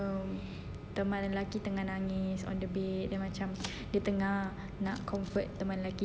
teman lelaki tengah nangis on the bed dan macam dia tengah comfort teman lelaki dia I think